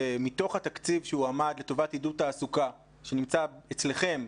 שמתוך התקציב שהועמד לטובת עידוד תעסוקה שנמצא אצלכם,